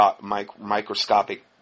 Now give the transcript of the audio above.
microscopic